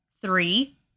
Three